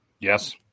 yes